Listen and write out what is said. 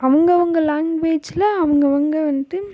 அவங்க அவங்க லாங்குவேஜில் அவங்க அவங்க வந்துவிட்டு